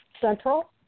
Central